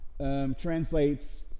translates